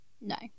No